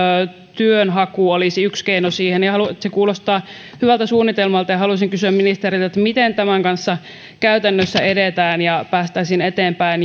työnhaku olisi yksi keino siihen se kuulostaa hyvältä suunnitelmalta ja haluaisin kysyä ministeriltä miten tämän kanssa käytännössä edetään ja miten päästäisiin eteenpäin